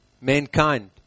mankind